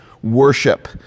Worship